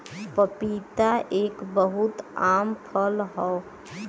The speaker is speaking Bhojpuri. पपीता एक बहुत आम फल हौ